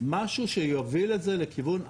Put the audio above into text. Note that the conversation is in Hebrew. משהו שיוביל את זה לכיוון אחר,